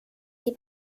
die